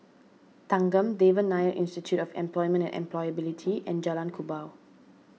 Thanggam Devan Nair Institute of Employment and Employability and Jalan Kubor